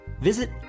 Visit